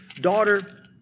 daughter